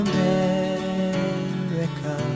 America